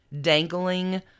dangling